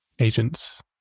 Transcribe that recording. Agents